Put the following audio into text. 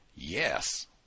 Yes